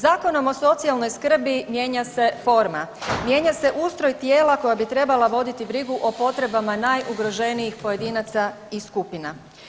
Zakonom o socijalnoj skrbi mijenja se forma, mijenja se ustroj tijela koja bi trebala voditi brigu o potrebama najugroženijih pojedinaca i skupina.